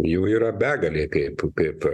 jų yra begalė kaip kaip